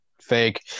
fake